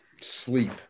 sleep